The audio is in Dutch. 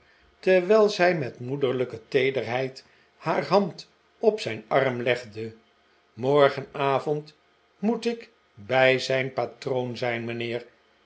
terwijl zij met moederlijke teederheid haar hand op zijn arm legde morgenavond moet ik bij zijn patroon zijn mijnheer